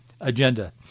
agenda